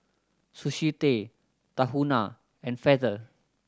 Sushi Tei Tahuna and Feather